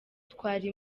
twari